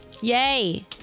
Yay